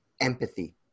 empathy